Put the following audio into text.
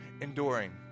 enduring